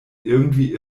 irgendwie